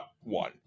one